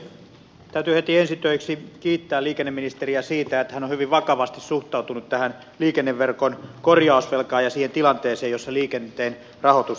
täytyy heti ensi töiksi kiittää liikenneministeriä siitä että hän on hyvin vakavasti suhtautunut tähän liikenneverkon korjausvelkaan ja siihen tilanteeseen jossa liikenteen rahoitus ylipäätään on